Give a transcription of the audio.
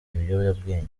ibiyobyabwenge